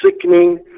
sickening